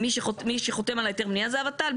מי שחותם על היתר הבנייה זה ה-ות"ל.